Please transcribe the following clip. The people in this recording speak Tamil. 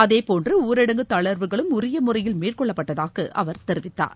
அதேபோன்று ஊரடங்கு தளர்வுகளும் உரிய முறையில் மேற்னொள்ளப்பட்டதாக அவர் தெரிவித்தார்